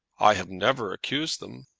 i have never accused them.